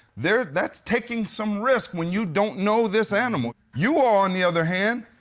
there that's taking some risk when you don't know this animal. you all, on the other hand,